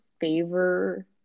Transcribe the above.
favor